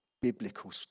Biblical